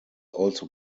also